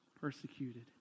persecuted